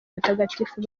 mutagatifu